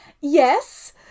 Yes